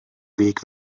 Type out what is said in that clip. weg